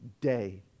day